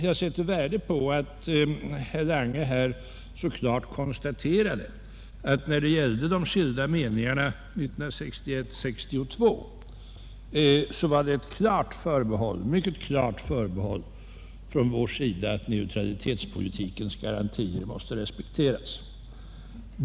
Jag sätter värde på att herr Lange så klart konstaterade att när det gällde de skilda meningarna 1961--1962 var det ett mycket klart förbehåll från vår sida att neutralitetspolitikens garantier mäste respekteras.